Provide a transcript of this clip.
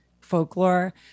folklore